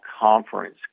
conference